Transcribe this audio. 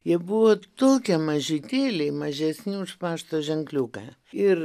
jie buvo tokie mažytėliai mažesni už pašto ženkliuką ir